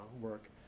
work